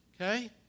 okay